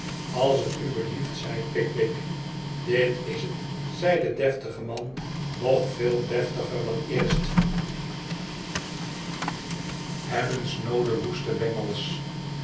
als t u belieft zei pickwick dit is het zei de deftige man nog veel def tiger dan eerst h ebbeii snoodo vvoeste bengels